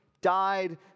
died